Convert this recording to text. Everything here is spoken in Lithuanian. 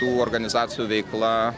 tų organizacijų veikla